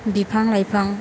बिफां लाइफां